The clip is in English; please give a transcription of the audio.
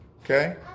Okay